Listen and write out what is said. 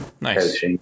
Nice